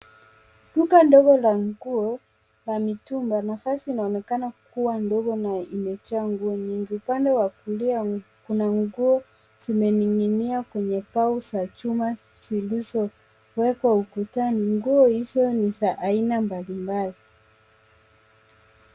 Duka ndogo la nguo la mitumba nafasi inaonekana kuwa ndogo na imejaa nguo nyingi. Upande wa kulia kuna nguo zimening'inia kwenye mbao za chuma zilizowekwa ukutani. Nguo hizo ni za aina mbalimbali.